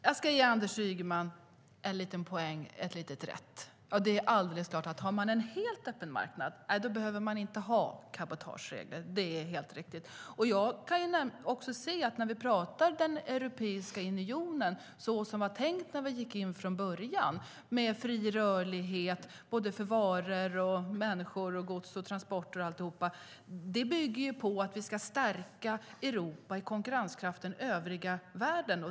Jag ska ge Anders Ygeman en liten poäng. Han har lite grann rätt. Det är alldeles klart att om man har en helt öppen marknad behöver man inte ha cabotageregler. Det är helt riktigt. Jag kan se att när vi talar om Europeiska unionen och hur det var tänkt när vi gick in från början - med fri rörlighet för varor, människor, gods, transporter och alltihop - bygger detta på att vi ska stärka Europa i konkurrenskraften mot den övriga världen.